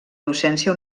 docència